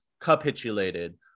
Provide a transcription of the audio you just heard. capitulated